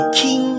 king